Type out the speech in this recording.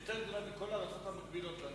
שהיא גדולה יותר מאשר בכל הארצות המקבילות לנו.